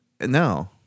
No